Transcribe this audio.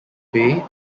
bay